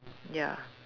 ya